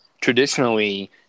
traditionally